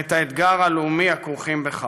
ואת האתגר הלאומי הכרוכים בכך.